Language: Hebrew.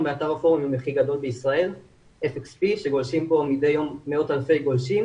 הכי גדול בישראל שגולשים בו מדי יום מאות אלפי גולשים